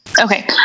Okay